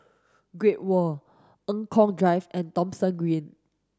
Great World Eng Kong Drive and Thomson Green